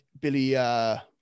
Billy